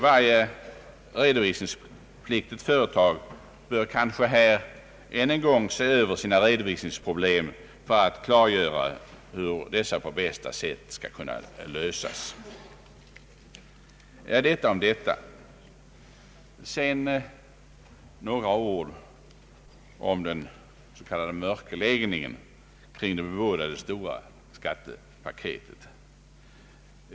Varje redovisningspliktigt företag bör kanske ännu en gång se över sina redovisningsproblem för att kunna klargöra vilken redovisningsmetod som lämpligen bör användas. Sedan vill jag säga några ord om den s.k. mörkläggningen kring det bebådade stora skattepaketet.